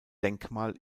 denkmal